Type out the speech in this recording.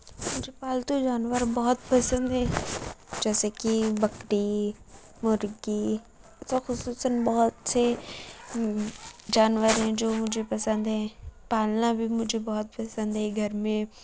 مجھے پالتو جانور بہت پسند ہیں جیسے کہ بکری مرغی جو خصوصاً بہت سے جانور ہیں جو مجھے پسند ہیں پالنا بھی مجھے بہت پسند ہیں گھر میں